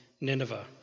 Nineveh